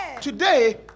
Today